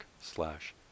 slash